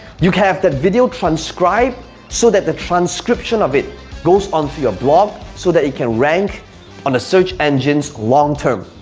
you can have the video transcribed so that the transcription of it goes on to your blog so that it can rank on a search engine's, long-term.